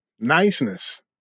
niceness